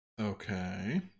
Okay